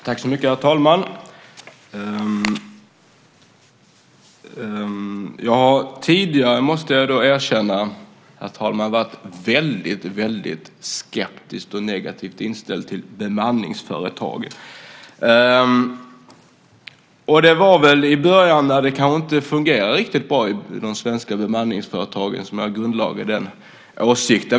Herr talman! Jag har tidigare, måste jag erkänna, varit väldigt skeptisk och negativt inställd till bemanningsföretag. Det var i början då det kanske inte fungerade riktigt bra med de svenska bemanningsföretagen som jag grundlade den åsikten.